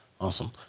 Awesome